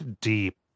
deep